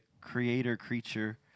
creator-creature